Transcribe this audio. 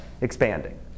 expanding